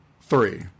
three